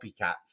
copycats